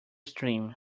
stream